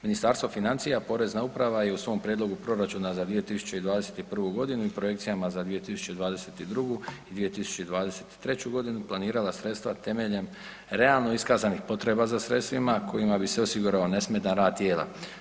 Ministarstvo financija, Porezna uprava je i u svom prijedlogu proračuna za 2021.g. i projekcijama za 2022. i 2023.g. planirala sredstva temeljem realno iskazanih potreba za sredstvima kojima bi se osigurao nesmetan rad tijela.